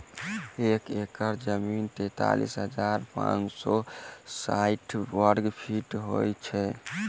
एक एकड़ जमीन तैँतालिस हजार पाँच सौ साठि वर्गफीट होइ छै